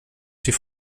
ces